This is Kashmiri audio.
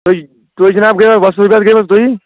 تُہۍ تُہۍ جناب گٔیوا گٔیوٕ حظ تُہی